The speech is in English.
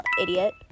idiot